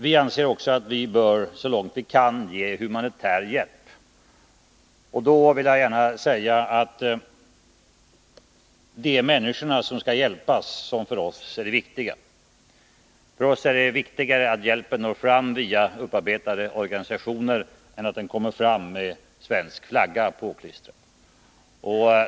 Vi anser också att vi så långt vi kan bör ge humanitär hjälp. Och jag vill Nr 69 gärna säga att det som är viktigt för oss är att människorna skall hjälpas. För Tisdagen den oss är det viktigare att hjälpen når fram via upparbetade organisationer än att 2 februari 1982 den kommer fram med svensk flagga påklistrad.